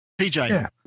PJ